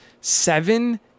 seven